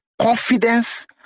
confidence